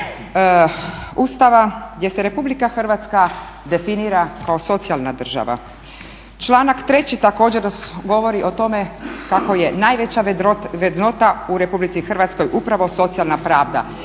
Ustava gdje se RH definira kao socijalna država. Članak 3. također govori o tome kako je najveća vrednota u RH upravo socijalna pravda.